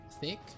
thick